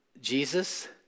Jesus